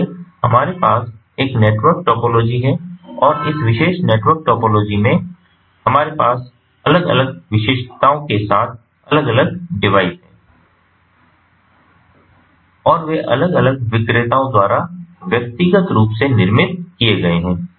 इसलिए हमारे पास एक नेटवर्क टोपोलॉजी है और इस विशेष नेटवर्क टोपोलॉजी में हमारे पास अलग अलग विशिष्टताओं के साथ अलग अलग डिवाइस हैं और वे अलग अलग विक्रेताओं द्वारा व्यक्तिगत रूप से निर्मित किए गए हैं